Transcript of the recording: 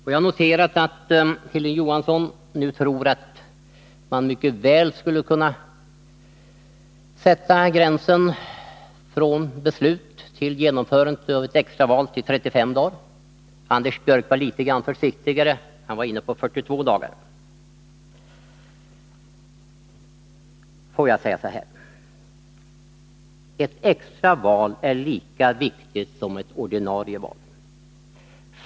Jag har noterat att Hilding Johansson nu tror att man mycket väl skulle kunna sätta gränsen från beslut till genomförande av ett extraval till 35 dagar. Anders Björck var litet försiktigare — han var inne på 42 dagar. Får jag säga så här: Ett extra val är lika viktigt som ett ordinarie val.